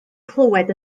clywed